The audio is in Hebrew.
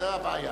זאת הבעיה.